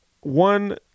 one –